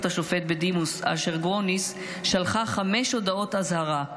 השופט בדימוס אשר גרוניס שלחה חמש הודעות אזהרה,